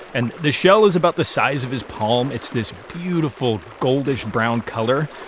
and the shell is about the size of his palm. it's this beautiful goldish brown color.